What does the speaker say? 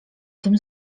tym